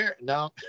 No